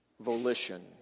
volition